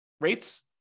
rates